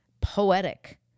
poetic